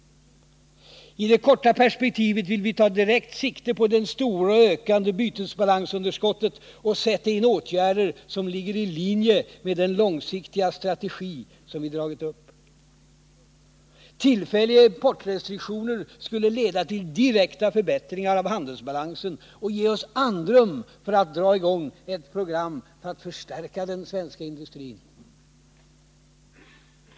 I det korta perspektivet vill vi ta direkt sikte på det stora och ökande bytesbalansunderskottet och sätta in åtgärder som ligger i linje med den långsiktiga strategi vi dragit upp. Tillfälliga importrestriktioner skulle leda till direkta förbättringar av handelsbalansen och ge oss andrum för att dra i gång ett program för att förstärka den svenska industrin.